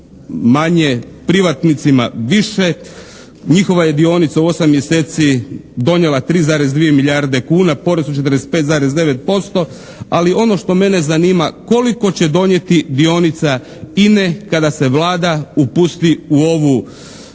manje, privatnicima više, njihova je dionica u 8 mjeseci donijela 3,2 milijarde kuna porez od 45,9% ali ono što mene zanima, koliko će donijeti dionica INA-e kada se Vlada upusti u ovu